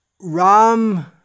Ram